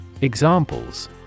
Examples